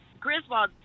Griswold